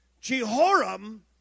Jehoram